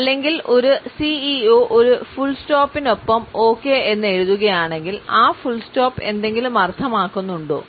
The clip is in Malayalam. അല്ലെങ്കിൽ ഒരു സിഇഒ ഒരു ഫുൾ സ്റ്റോപ്പ്നൊപ്പം ഓക്കേ എന്ന് എഴുതുകയാണെങ്കിൽ ആ ഫുൾ സ്റ്റോപ്പ് എന്തെങ്കിലും അർത്ഥമാക്കുന്നുണ്ടോ